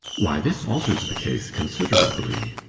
why, this alters the case considerably.